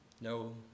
No